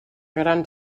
gran